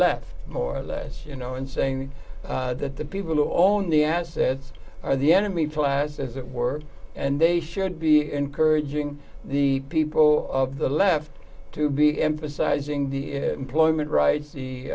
left more or less you know in saying that the people on the asset are the enemy class as it were and they should be encouraging the people of the left to be emphasising the employment rights the